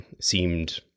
seemed